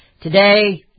Today